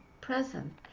present